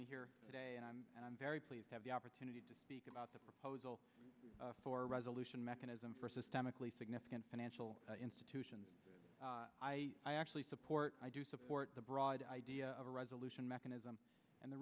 me here today and i'm very pleased to have the opportunity to speak about the proposal for a resolution mechanism for systemically significant financial institutions i actually support i do support the broad idea of a resolution mechanism and the